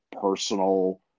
personal